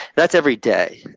that's every day.